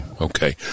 okay